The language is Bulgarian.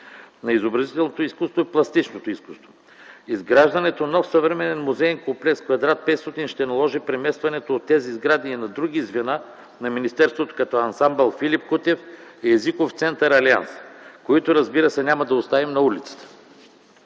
на изобразителното изкуство и пластичното изкуство. Изграждането на нов съвременен музеен комплекс в квадрат 500 ще наложи преместването от тези сгради и на други звена на Министерството на културата като Ансамбъл „Филип Кутев”, Езиков център „Алианс”, които, разбира се, няма да оставим на улицата.